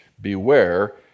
Beware